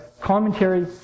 commentary